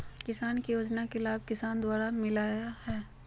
किसान को योजना का लाभ किसके द्वारा मिलाया है?